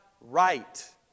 right